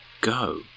go